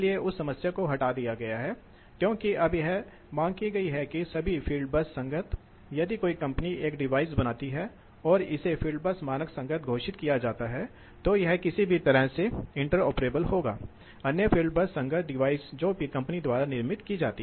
तो मूल रूप से यह वक्र दिखाता है कि यदि पंखा विभिन्न गति से संचालित होता है तो क्या हो रहा है इसलिए मूल रूप से कुछ स्थिरांक के साथ दबाव प्रवाह की विशेषताएं हैं या तो गति स्थिर है या ऊर्जा स्थिर है